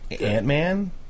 Ant-Man